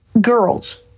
girls